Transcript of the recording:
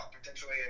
potentially